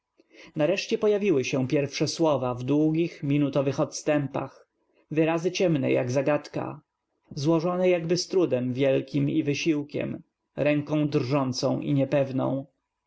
pojaw iły się pierw sze słow a w dłu gich m inutow ych odstępach w yrazy ciemne jak zagadka złożone jakby z trudem wielkim i wysiłkiem ręką drżącą i n